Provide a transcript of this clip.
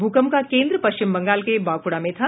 भूकंप का केंद्र पश्चिम बंगाल के बांकुड़ा में था